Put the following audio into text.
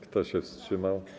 Kto się wstrzymał?